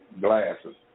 Glasses